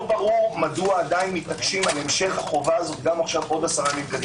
לא ברור מדוע מתעקשים על המשך החובה הזו עוד עשרה ימים.